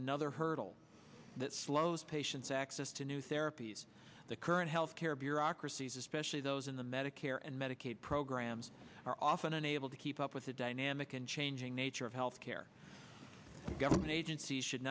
another hurdle that slows patients access to new therapies the current healthcare bureaucracies especially those in the medicare and medicaid programs are often unable to keep up with the dynamic and changing nature of health care government agencies should